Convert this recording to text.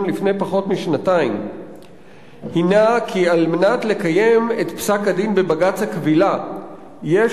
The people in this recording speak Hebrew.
לפני פחות משנתיים הינה כי על מנת לקיים את פסק-הדין בבג"ץ הכבילה יש